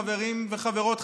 חברים וחברות,